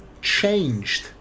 changed